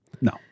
no